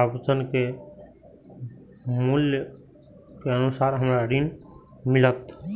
आभूषण पर ऋण कते मिल सके छे?